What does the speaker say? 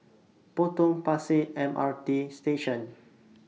Potong Pasir M R T Station